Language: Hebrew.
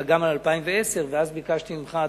אלא גם על 2010. לכן ביקשתי ממך,